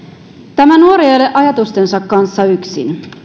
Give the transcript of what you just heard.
tämä nuori ei ole ajatustensa kanssa yksin